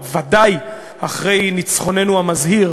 אבל ודאי אחרי ניצחוננו המזהיר